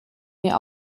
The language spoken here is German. mir